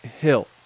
Hill